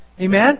Amen